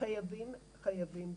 חייבים ביטוח.